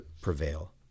prevail